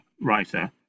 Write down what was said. writer